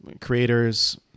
creators